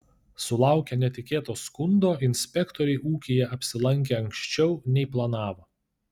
sulaukę netikėto skundo inspektoriai ūkyje apsilankė anksčiau nei planavo